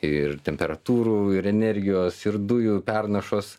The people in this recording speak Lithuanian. ir temperatūrų ir energijos ir dujų pernašos